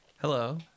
Hello